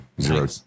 Zero